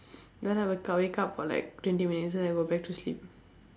then I wake up I wake up for like twenty minutes then I go back to sleep